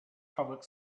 public